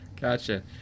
Gotcha